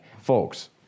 Folks